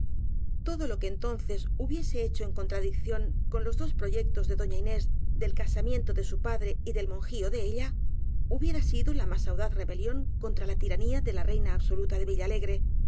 todo lo que enton ces hubiese hecho en contradicción con los dos proyectos de doña inés del casamiento de su padre y del monjío de ella hubiera sido la más audaz re belión contra la tiranía de la reina absoluta de villalegre